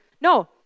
No